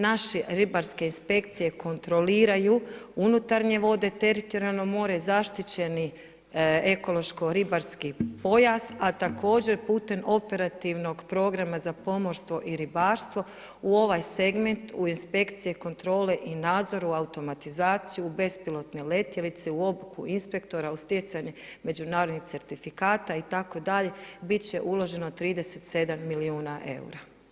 Naše ribarske inspekcije kontroliraju unutarnje vode, teritorijalno more, zaštićeni ekološko-ribarski pojas, a također putem operativnog Programa za pomorstvo i ribarstvo u ovaj segment u inspekcije kontrole i nadzoru, automatizaciju bespilotne letjelice u obuku inspektora u stjecanje međunarodnih certifikata itd. bit će uloženo 37 milijuna eura.